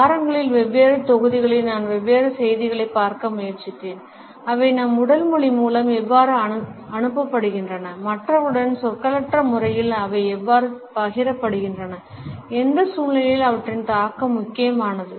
வாரங்களில் வெவ்வேறு தொகுதிகளில் நான் வெவ்வேறு செய்திகளைப் பார்க்க முயற்சித்தேன் அவை நம் உடல் மொழி மூலம் எவ்வாறு அனுப்பப்படுகின்றன மற்றவர்களுடன் சொற்களற்ற முறையில் அவை எவ்வாறு பகிரப்படுகின்றன எந்த சூழ்நிலையில் அவற்றின் தாக்கம் முக்கியமானது